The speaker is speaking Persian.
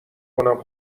کنم